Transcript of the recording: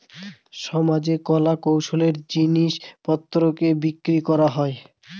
সমাজে কলা কৌশলের জিনিস পত্রকে বিক্রি করা হয়